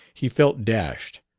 he felt dashed,